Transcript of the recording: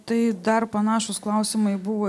tai dar panašūs klausimai buvo